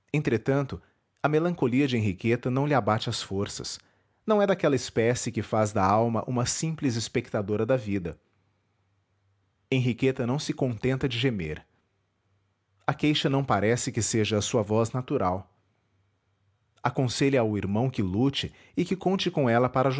entretanto a melancolia de henriqueta não lhe abate as forças não é daquela espécie que faz da alma uma simples espectadora da vida henriqueta não se contenta de gemer a queixa não parece que seja a sua voz natural aconselha ao irmão que lute e que conte com ela para